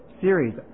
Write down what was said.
series